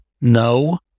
No